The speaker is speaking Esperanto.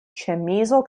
ĉemizo